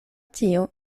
tio